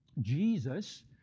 Jesus